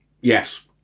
Yes